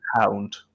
Hound